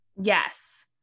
Yes